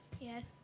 Yes